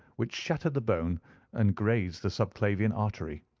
which shattered the bone and grazed the subclavian artery.